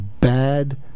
bad